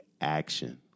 action